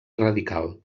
radical